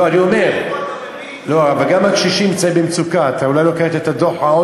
לא, אני אומר, מאיפה אתה מביא את זה?